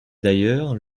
d’ailleurs